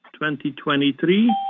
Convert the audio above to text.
2023